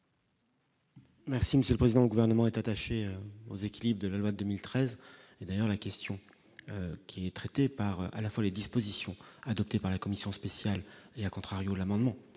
Merci Monsieur le Président, au gouvernement est attaché aux équilibres de la loi 2013 et d'ailleurs, la question qui est traitée par à la fois les dispositions adoptées par la Commission spéciale et, à contrario, l'amendement